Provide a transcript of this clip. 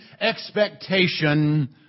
expectation